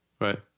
right